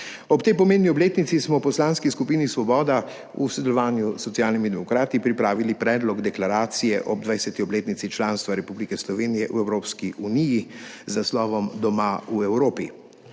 Ob tej pomembni obletnici smo v Poslanski skupini Svoboda v sodelovanju s Socialnimi demokrati pripravili Predlog deklaracije ob 20. obletnici članstva Republike Slovenije v Evropski uniji z naslovom Doma v Evropi.